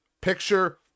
picture